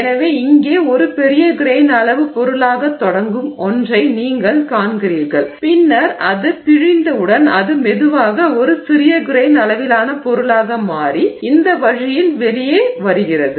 எனவே இங்கே ஒரு பெரிய கிரெய்ன் அளவு பொருளாகத் தொடங்கும் ஒன்றை நீங்கள் காண்கிறீர்கள் பின்னர் அது பிழிந்தவுடன் அது மெதுவாக ஒரு சிறிய கிரெய்ன் அளவிலான பொருளாக மாறி இந்த வழியில் வெளியே வருகிறது